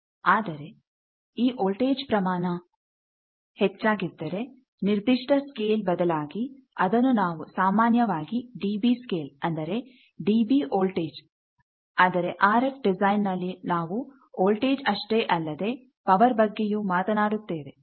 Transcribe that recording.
ಆದರೆ ಈ ವೋಲ್ಟೇಜ್ ಪ್ರಮಾಣ ಹೆಚ್ಚಾಗಿದ್ದರೆ ನಿರ್ದಿಷ್ಟ ಸ್ಕೇಲ್ ಬದಲಾಗಿ ಅದನ್ನು ನಾವು ಸಾಮಾನ್ಯವಾಗಿ ಡಿಬಿ ಸ್ಕೇಲ್ ಅಂದರೆ ಡಿಬಿ ವೋಲ್ಟೇಜ್ ಆದರೆ ಆರ್ ಎಫ್ ಡಿಸೈನ್ ನಲ್ಲಿ ನಾವು ವೋಲ್ಟೇಜ್ ಅಷ್ಟೇ ಅಲ್ಲದೆ ಪವರ್ ಬಗ್ಗೆಯೂ ಮಾತನಾಡುತ್ತೇವೆ